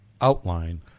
outline